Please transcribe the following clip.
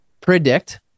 predict